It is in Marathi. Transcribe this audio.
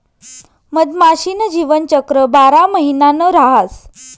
मधमाशी न जीवनचक्र बारा महिना न रहास